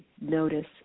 notice